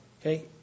okay